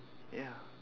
ya